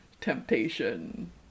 temptation